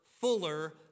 fuller